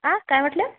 काय म्हटले